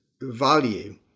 value